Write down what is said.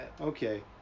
okay